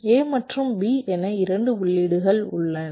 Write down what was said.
A மற்றும் B என 2 உள்ளீடுகள் என்னிடம் உள்ளன